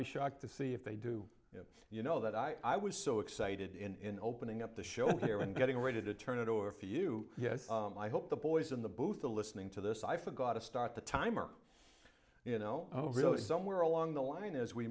be shocked to see if they do you know that i was so excited in opening up the show here and getting ready to turn it over for you yes i hope the boys in the booth the listening to this i forgot to start the timer you know oh really somewhere along the line as we